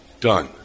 Done